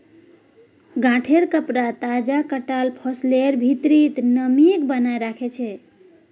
गांठेंर कपडा तजा कटाल फसलेर भित्रीर नमीक बनयें रखे छै